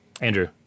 Andrew